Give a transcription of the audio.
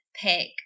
pick